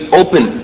open